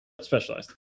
Specialized